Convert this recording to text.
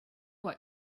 what